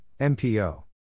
MPO